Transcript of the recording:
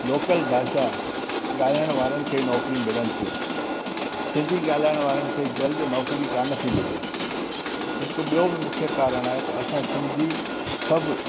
local भाषा ॻाल्हाइणु वारनि खे नौकिरियूं मिलनि थियूं सिंधी ॻाल्हाइणु वारनि खे जल्द नौकिरी कोन थी मिले हिकु ॿियो बि मुख्य कारण आहे त असां सिंधी सभु